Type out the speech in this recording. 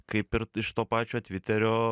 kaip ir iš to pačio tviterio